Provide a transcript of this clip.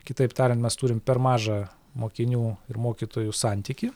kitaip tarian mes turim per mažą mokinių ir mokytojų santykį